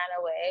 away